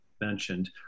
mentioned